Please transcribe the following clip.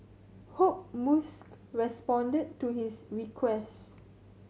hope Musk responded to his request